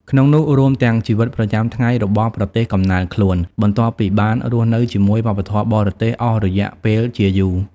ក្នុងនោះ រួមទាំងជីវិតប្រចាំថ្ងៃរបស់ប្រទេសកំណើតខ្លួន បន្ទាប់ពីបានរស់នៅជាមួយវប្បធម៌បរទេសអស់រយៈពេលជាយូរ។